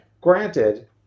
granted